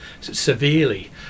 severely